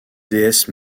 déesse